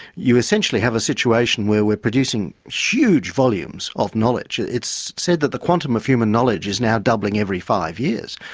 you essentially have a situation where we're producing huge volumes of knowledge. it's said that the quantum of human knowledge is now doubling every five years,